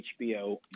HBO